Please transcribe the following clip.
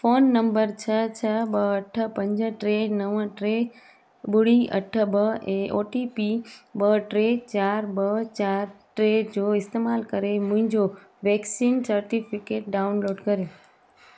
phone number छह छह ॿ अठ पंज ट्रे नव टे ॿुड़ी अठ ॿ ऐं ओ टी पी ॿ टे चारि ॿ चारि टे जो इस्तैमाल करे मुंहिंजो वैक्सीन सर्टिफिकेट डाउनलोड करियो